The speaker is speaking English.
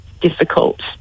difficult